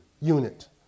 unit